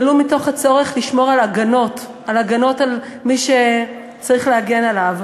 ולו בגלל הצורך לשמור על ההגנות על מי שצריך להגן עליו.